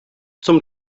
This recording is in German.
zum